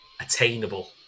attainable